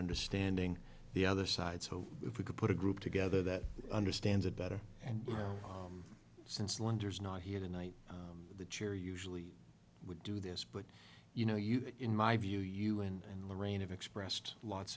understanding the other side so if we could put a group together that understands it better and since lenders not here tonight the chair usually would do this but you know you in my view you and lorraine of expressed lots